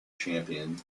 champion